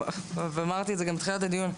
אמרתי גם בתחילת הדיון,